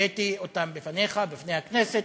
והעליתי אותם בפניך ובפני הכנסת.